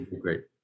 Great